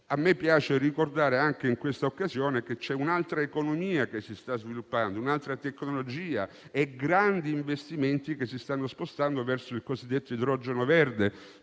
A me piace ricordare anche in questa occasione che si sta sviluppando un'altra tecnologia e che grandi investimenti si stanno spostando verso il cosiddetto idrogeno verde,